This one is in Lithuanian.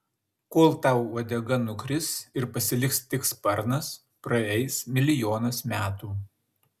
kol tau uodega nukris ir pasiliks tik sparnas praeis milijonas metų